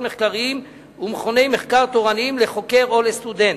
מחקריים ומכוני מחקר תורניים לחוקר או לסטודנט.